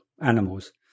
animals